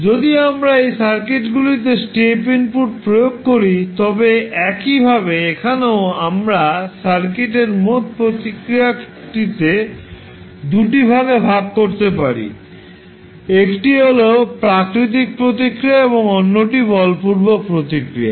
যদি আমরা এই সার্কিটগুলিতে স্টেপ ইনপুট প্রয়োগ করি তবে একইভাবে এখানেও আমরা সার্কিটের মোট প্রতিক্রিয়াটিকে দুটি ভাগে ভাগ করতে পারি একটি হল প্রাকৃতিক প্রতিক্রিয়া এবং অন্যটি বলপূর্বক প্রতিক্রিয়া